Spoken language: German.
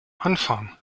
anfang